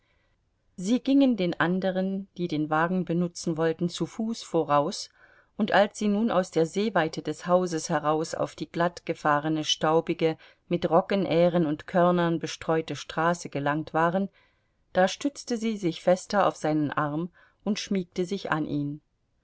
sie gingen den andern die den wagen benutzen wollten zu fuß voraus und als sie nun aus der sehweite des hauses heraus auf die glattgefahrene staubige mit roggenähren und körnern bestreute straße gelangt waren da stützte sie sich fester auf seinen arm und schmiegte sich an ihn